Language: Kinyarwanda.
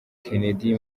kennedy